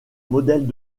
modèles